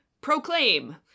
proclaim